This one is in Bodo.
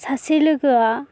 सासे लोगोआ